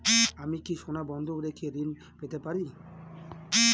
আমি কি সোনা বন্ধক রেখে ঋণ পেতে পারি?